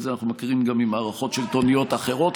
את זה אנחנו מכירים גם ממערכות שלטוניות אחרות,